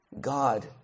God